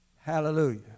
Hallelujah